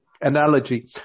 analogy